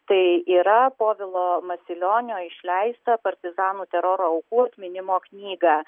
tai yra povilo masilionio išleistą partizanų teroro aukų atminimo knygą